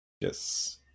Yes